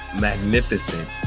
magnificent